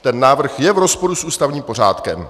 Ten návrh je v rozporu s ústavním pořádkem.